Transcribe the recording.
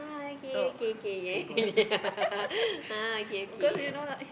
so thank god because you know like